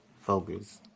Focus